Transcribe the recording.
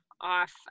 off